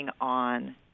on